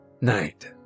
Night